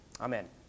Amen